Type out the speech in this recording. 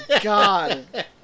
god